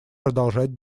продолжать